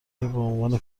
عنوان